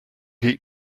eat